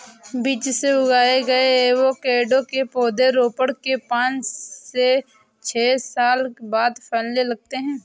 बीज से उगाए गए एवोकैडो के पौधे रोपण के पांच से छह साल बाद फलने लगते हैं